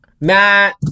Matt